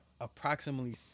Approximately